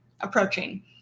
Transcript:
approaching